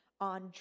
on